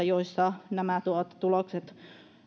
joissa nämä tulokset